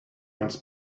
runs